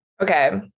Okay